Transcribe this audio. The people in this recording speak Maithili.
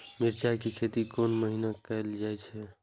मिरचाय के खेती कोन महीना कायल जाय छै?